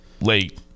Late